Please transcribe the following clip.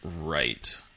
right